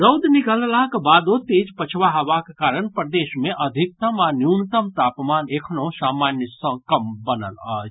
रौद निकललाक बादो तेज पछवा हवाक कारण प्रदेश मे अधिकतम आ न्यूनतम तापमान एखनहुं सामान्य सँ कम बनल अछि